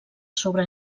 sobre